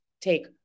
take